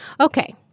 Okay